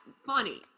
funny